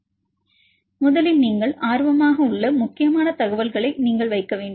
எனவே முதலில் நீங்கள் ஆர்வமாக உள்ள முக்கியமான தகவல்களை நீங்கள் வைக்க வேண்டும்